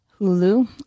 Hulu